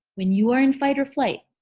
when you are in fight-or-flight?